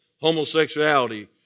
homosexuality